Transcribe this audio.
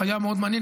היה מאוד מעניין,